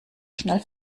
schnell